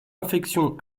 infections